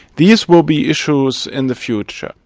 these will be issues in the future,